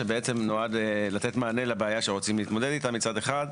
שבעצם נועד לתת מענה לבעיה שרוצים להתמודד איתה מצד אחד,